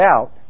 out